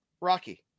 Rocky